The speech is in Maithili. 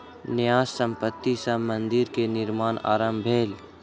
न्यास संपत्ति सॅ मंदिर के निर्माण आरम्भ भेल